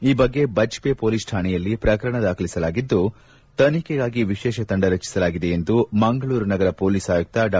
ಈ ಬಗ್ಗೆ ಬಜ್ಜೆ ಮೊಲೀಸ್ ಕಾಣೆಯಲ್ಲಿ ಪ್ರಕರಣ ದಾಖಲಿಸಲಾಗಿದ್ದು ತನಿಖೆಗಾಗಿ ವಿಶೇಷ ತಂಡ ರಚಿಸಲಾಗಿದೆ ಎಂದು ಮಂಗಳೂರು ನಗರ ಮೊಲೀಸ್ ಆಯುಕ್ತ ಡಾ